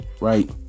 Right